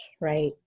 right